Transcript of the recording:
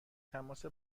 تماس